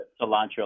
cilantro